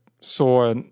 saw